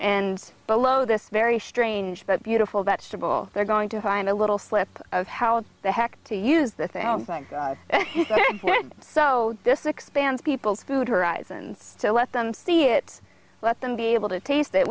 and below this very strange but beautiful vegetable they're going to find a little slip of how the heck to use the thing so this expands people's food horizons so let them see it let them be able to taste